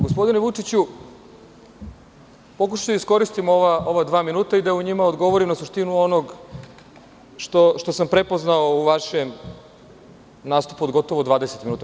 Gospodine Vučiću, pokušaću da iskoristim ova dva minuta i da u njima odgovorim na suštinu onog što sam prepoznao u vašem nastupu od gotovo dvadeset minuta.